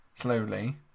slowly